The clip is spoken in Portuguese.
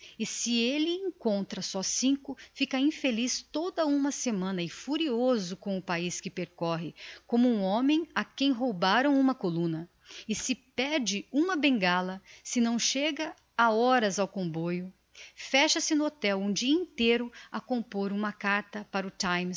se elle encontra só cinco fica infeliz toda uma semana e furioso com o paiz que percorre como um homem a quem roubaram uma columna e se perde uma bengala se não chega a horas ao comboio fecha-se no hotel um dia inteiro a compôr uma carta para o times em